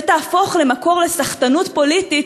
ותהפוך למקור לסחטנות פוליטית,